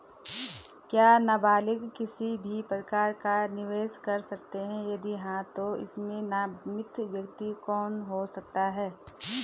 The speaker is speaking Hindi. क्या नबालिग किसी भी प्रकार का निवेश कर सकते हैं यदि हाँ तो इसमें नामित व्यक्ति कौन हो सकता हैं?